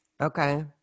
Okay